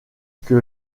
que